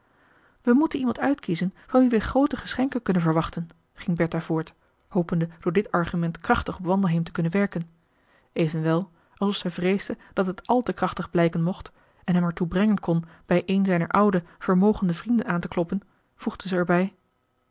wij moeten iemand uitkiezen van wien wij groote geschenken kunnen verwachten ging bertha voort hopende door dit argument krachtig op wandelheem te kunnen werken evenwel alsof zij vreesde dat het al te krachtig blijken mocht en hem er toe brengen kon bij een zijner oude vermogende vrienden aantekloppen voegde zij er